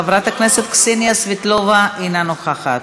חברת הכנסת קסניה סבטלובה, אינה נוכחת,